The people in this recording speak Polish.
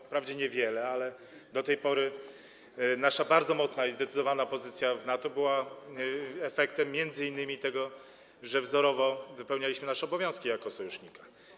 Wprawdzie są one niewiele mniejsze, ale do tej pory nasza bardzo mocna i zdecydowana pozycja w NATO była efektem m.in. tego, że wzorowo wypełnialiśmy nasze obowiązki jako sojusznika.